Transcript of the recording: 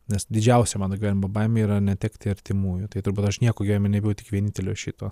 nes didžiausia mano gyvenimo baimė yra netekti artimųjų tai turbūt aš nieko gyvenimenebijau tik vienintelio šito